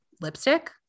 lipstick